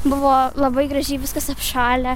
buvo labai gražiai viskas apšąlę